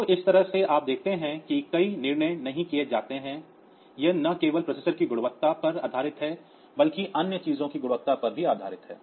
तो इस तरह से आप देखते हैं कि कई निर्णय नहीं किए जाते हैं यह न केवल प्रोसेसर की गुणवत्ता पर आधारित है बल्कि अन्य चीजों की गुणवत्ता पर भी आधारित है